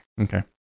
Okay